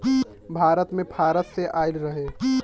भारत मे फारस से आइल रहे